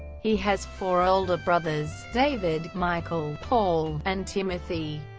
he has four older brothers david, michael, paul, and timothy.